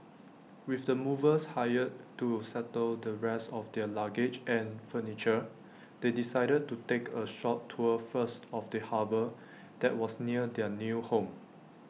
with the movers hired to settle the rest of their luggage and furniture they decided to take A short tour first of the harbour that was near their new home